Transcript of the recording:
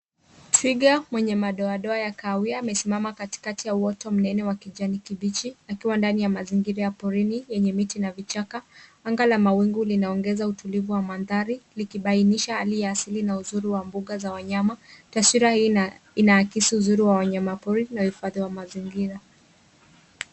Twiga mwenye madoadoa ya kahawia amesimama katikati ya uoto mnene wa kijani kibichi akiwa ndani ya mazingira ya porini yenye miti na vichaka. Anga la mawingu linaongeza utulivu wa mandhari likibainisha hali ya asili na uzuri wa mbuga za wanyama. Taswira hii inaakisi uzuri wa wanyamapori na uhifadhi wa mazingira.